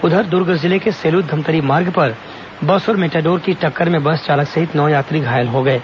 उधर दुर्ग जिले के र्सेलूद धमतरी मार्ग पर बस और मेटाडोर की टक्कर में बस चालक सहित नौ यात्री घायल हो गए हैं